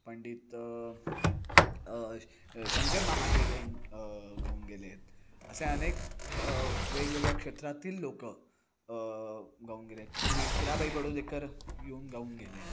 पंडित शंकर महादेवन गाऊन गेले आहेत असे अनेक वेगवेगळ्या क्षेत्रातील लोक गाऊन गेले आहेत पूर्वी हिराबाई बडोदेकर येऊन गाऊन गेल्या आहेत